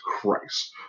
Christ